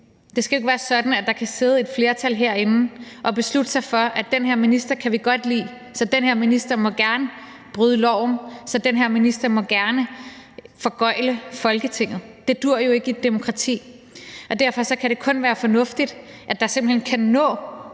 det skal jo ikke være sådan, at der kan sidde et flertal herinde og beslutte sig for, at den her minister kan de godt lide, så den her minister må gerne bryde loven, den her minister må gerne foregøgle nogen noget i Folketinget. Det duer jo ikke i et demokrati. Derfor kan det kun være fornuftigt, at der simpelt hen kan nå